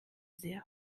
sehr